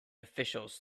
officials